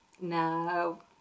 No